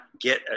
get